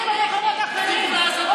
תהיי במקומות אחרים.